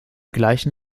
gleichen